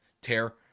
tear